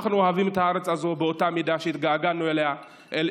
אנחנו אוהבים את הארץ הזאת באותה מידה שהתגעגעו אליה אבותינו.